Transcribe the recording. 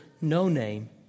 No-Name